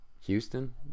Houston